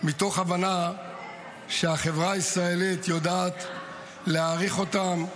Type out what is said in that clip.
מתוך הבנה שהחברה הישראלית יודעת להעריך אותם,